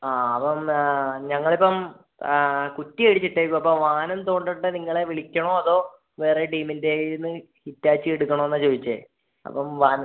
ആ അപ്പോള് ഞങ്ങളിപ്പോള് കുറ്റിയടിച്ചിട്ടേക്കുകയാണ് അപ്പോള് വാനം തോണ്ടട്ടെ നിങ്ങളെ വിളിക്കണോ അതോ വേറെ ടീമിന്റെ കയ്യില്നിന്ന് ഹിറ്റാച്ചി എടുക്കണോ എന്നാണു ചോദിച്ചത് അപ്പോള് വാനം